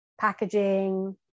packaging